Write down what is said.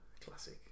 Classic